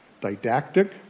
didactic